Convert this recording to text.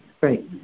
right